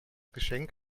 geschenk